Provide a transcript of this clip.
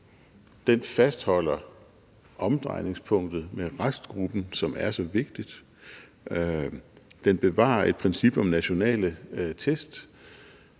Den fastholder omdrejningspunktet med restgruppen, som er så vigtigt, og den bevarer et princip om nationale test.